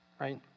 right